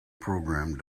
program